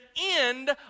end